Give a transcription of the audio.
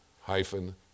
hyphen